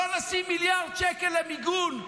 לא נשים מיליארד שקל למיגון.